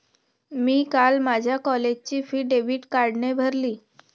मी काल माझ्या कॉलेजची फी डेबिट कार्डने भरली